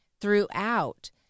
throughout